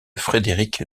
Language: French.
frederick